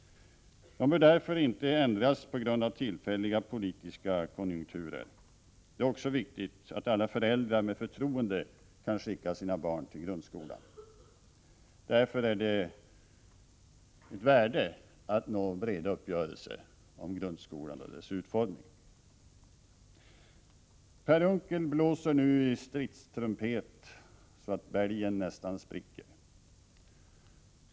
De bör därför inte ändras på grund av tillfälliga politiska konjunkturer. Det är också viktigt att alla föräldrar med förtroende kan skicka sina barn till grundskolan. Därför är det av värde att nå breda uppgörelser om grundskolan och dess utformning. Per Unckel blåser nu i stridstrumpet så att bälgen nästan spricker.